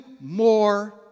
more